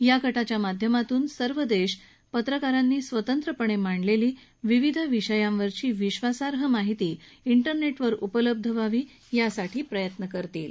या गटाच्या माध्यमातून हे सर्व देश पत्रकारांनी स्वतंत्रपणे मांडलेली विविध विषयांवरची विश्वासार्ह माहिती इंटरनेटवर उपलब्ध व्हावी यासाठीचे प्रयत्न करतील